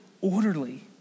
orderly